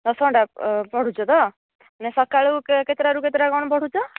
ଦଶ ଘଣ୍ଟା ପଢ଼ୁଛ ତ ମାନେ ସକାଳୁ କେତେଟା ରୁ କେତେଟା କ'ଣ ପଢ଼ୁଛ